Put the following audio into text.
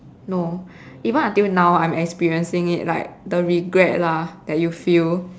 no even until now I'm experiencing it like the regret lah that you feel